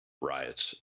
riots